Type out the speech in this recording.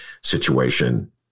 situation